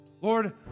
Lord